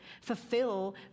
fulfill